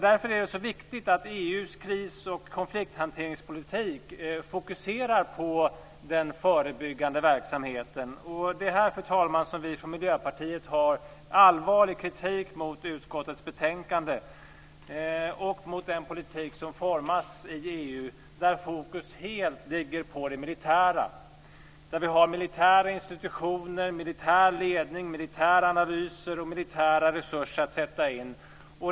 Därför är det så viktigt att EU:s kris och konflikthanteringspolitik fokuserar på den förebyggande verksamheten. Det är på den punkten, fru talman, som vi från Miljöpartiet har allvarlig kritik mot utskottets förslag i betänkandet och mot den politik som formas i EU där fokus helt ligger på det militära. Vi har militära institutioner, militär ledning, militära analyser och militära resurser att sätta in.